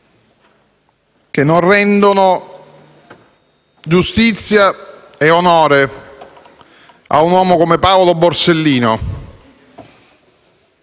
che non rendono giustizia né onore a un uomo come Paolo Borsellino.